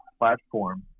platform